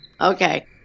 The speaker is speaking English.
okay